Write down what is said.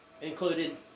included